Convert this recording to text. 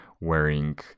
wearing